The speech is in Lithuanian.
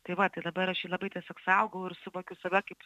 tai va dabar aš jį labai tiesiog saugau ir suvokiu save kaip